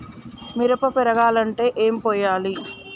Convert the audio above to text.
మిరప పెరగాలంటే ఏం పోయాలి?